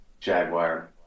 jaguar